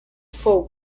fou